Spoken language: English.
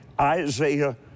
Isaiah